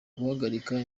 guhagarika